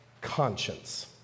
conscience